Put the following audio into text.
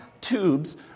tubes